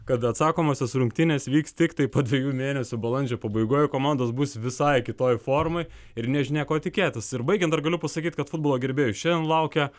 kad atsakomosios rungtynės vyks tiktai po dviejų mėnesių balandžio pabaigoj jau komandos bus visai kitoj formoj ir nežinia ko tikėtis ir baigiant dar galiu pasakyt kad futbolo gerbėjų šiandien laukia